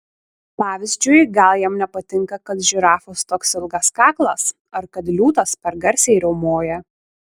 pavyzdžiui gal jam nepatinka kad žirafos toks ilgas kaklas ar kad liūtas per garsiai riaumoja